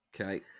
Okay